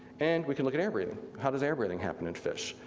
and we can look at air breathing. how does air breathing happen in fish?